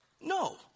No